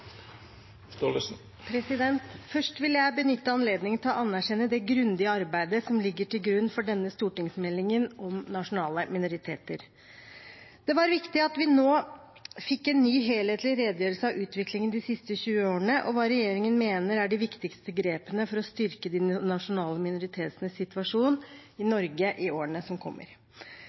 Først vil jeg benytte anledningen til å anerkjenne det grundige arbeidet som ligger til grunn for denne stortingsmeldingen om nasjonale minoriteter. Det var viktig at vi nå fikk en ny helhetlig redegjørelse om utviklingen de siste 20 årene og hva regjeringen mener er de viktigste grepene for å styrke de nasjonale minoritetenes situasjon i Norge i årene som kommer.